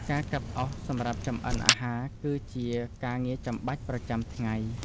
ការកាប់អុសសម្រាប់ចម្អិនអាហារគឺជាការងារចាំបាច់ប្រចាំថ្ងៃ។